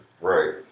Right